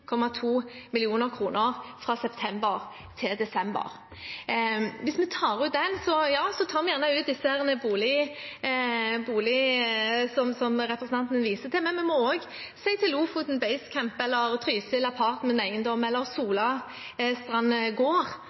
fra september til desember. Hvis vi tar ut den, tar vi kanskje ut disse boligene som representanten viser til, men da må vi også si til Lofoten Basecamp, Trysil Apartment Eiendom og Solastranden Gård at de heller ikke får støtte, selv om de verken har turister eller